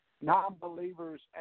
non-believers